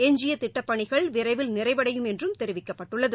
எஞ்சியதிட்டப்பணிகள் விரைவில் நிறைவடையும் என்றும் தெரிவிக்கப்பட்டுள்ளது